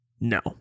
No